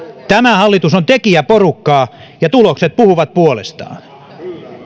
tämä hallitus on tekijäporukkaa ja tulokset puhuvat puolestaan